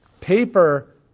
Paper